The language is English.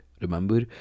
Remember